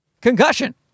Concussion